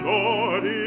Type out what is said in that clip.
Lord